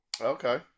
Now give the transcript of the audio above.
Okay